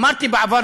אמרתי בעבר,